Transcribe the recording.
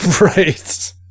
Right